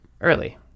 early